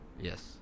Yes